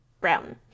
brown